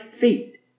feet